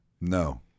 No